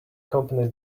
company